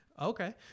Okay